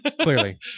Clearly